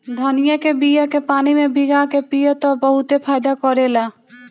धनिया के बिया के पानी में भीगा के पिय त ई बहुते फायदा करेला